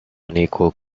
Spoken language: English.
unequal